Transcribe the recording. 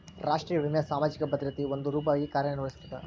ರಾಷ್ಟ್ರೇಯ ವಿಮೆ ಸಾಮಾಜಿಕ ಭದ್ರತೆಯ ಒಂದ ರೂಪವಾಗಿ ಕಾರ್ಯನಿರ್ವಹಿಸ್ತದ